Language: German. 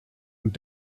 und